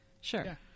Sure